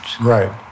Right